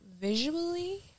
visually